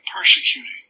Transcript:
persecuting